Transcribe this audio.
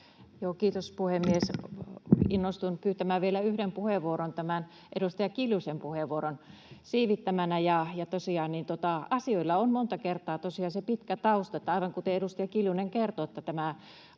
Kiitos puhemies! Innostuin pyytämään vielä yhden puheenvuoron edustaja Kiljusen puheenvuoron siivittämänä. Asioilla on monta kertaa tosiaan pitkä tausta. Aivan kuten edustaja Kiljunen kertoi, hän oli